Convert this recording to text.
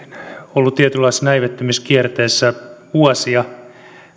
ollut tietynlaisessa näivettymiskierteessä vuosia